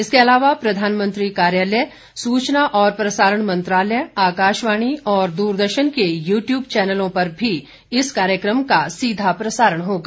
इसके अलावा प्रधानमंत्री कार्यालय सूचना और प्रसारण मंत्रालय आकाशवाणी और दूरदर्शन के यूट्यूब चैनलों पर भी इस कार्यक्रम का सीधा प्रसारण होगा